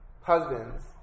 Husbands